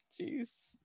Jeez